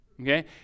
okay